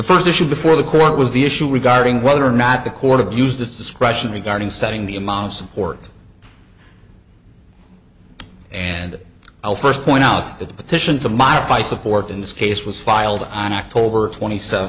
first issue before the court was the issue regarding whether or not the court of used its discretion regarding setting the amount of support and i'll first point out that the petition to modify support in this case was filed on october twenty s